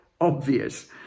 obvious